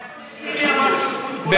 אתה יכול להגיד לי מי אמר שותפות גורל, ?